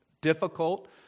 difficult